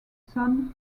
son